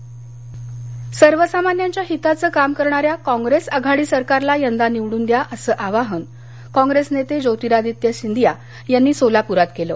प्रचारसभा सर्वसामान्यांच्या हिताचं काम करणाऱ्या कॉप्रेस आघाडी सरकारला यंदा निवडून अस आवाहन कॉंग्रेस नेते ज्योतिरादित्य सिंधिया यांनी सोलाप्रात केलं